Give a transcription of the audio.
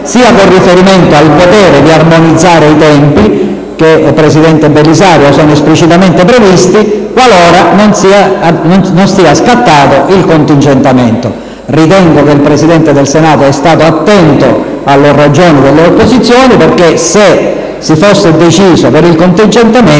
sia con riferimento al potere di armonizzare i tempi, che, presidente Belisario, è esplicitamente previsto qualora non scatti il contingentamento. Ritengo che il Presidente del Senato sia stato attento alle ragioni delle opposizioni: se, infatti, si fosse deciso per il contingentamento,